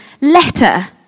letter